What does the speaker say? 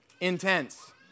intense